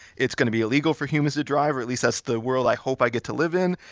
it's going to be illegal for humans to drive, or at least as the world i hope i get to live in.